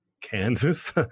Kansas